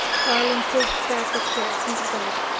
tarling pushed back the chair from the bed.